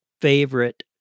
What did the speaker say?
favorite